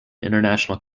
international